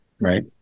Right